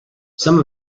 some